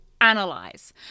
analyze